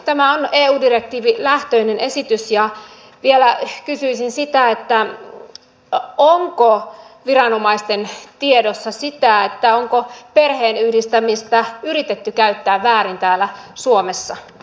tämä on eu direktiivilähtöinen esitys ja vielä kysyisin sitä onko viranomaisten tiedossa sitä onko perheenyhdistämistä yritetty käyttää väärin täällä suomessa